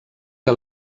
que